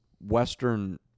Western